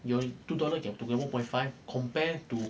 two dollar you get one point five compared to